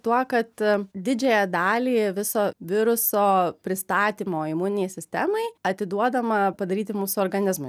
tuo kad didžiąją dalį viso viruso pristatymo imuninei sistemai atiduodama padaryti mūsų organizmui